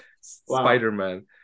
Spider-Man